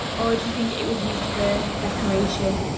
or do you think it was used for decoration,